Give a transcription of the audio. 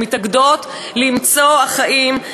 ומתאגדות למצוא אחאים,